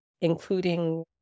including